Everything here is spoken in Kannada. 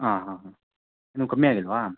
ಹಾಂ ಹಾಂ ಹಾಂ ಇನ್ನೂ ಕಮ್ಮಿ ಆಗಿಲ್ಲವಾ